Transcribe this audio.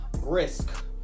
brisk